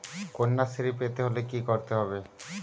কন্যাশ্রী পেতে হলে কি করতে হবে?